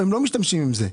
הם לא משתמשים עם זה.